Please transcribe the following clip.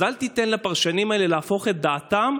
אז אל תיתן לפרשנים האלה להפוך את דעתם,